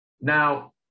Now